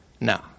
No